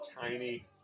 tiny